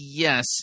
Yes